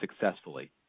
successfully